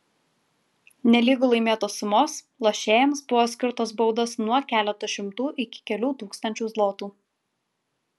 nelygu laimėtos sumos lošėjams buvo skirtos baudos nuo keleto šimtų iki kelių tūkstančių zlotų